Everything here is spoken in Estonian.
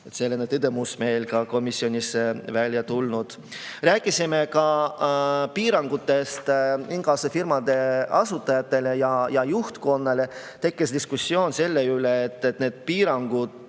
Selline tõdemus meil ka komisjonis välja tuli. Rääkisime ka piirangutest inkassofirmade asutajatele ja juhtkonnale. Tekkis diskussioon selle üle, et näiteks